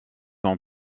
ans